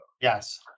yes